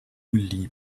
leap